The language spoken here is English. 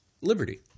Liberty